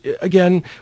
again